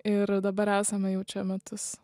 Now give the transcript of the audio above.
ir dabar esame jau čia metus